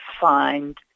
find